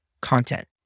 content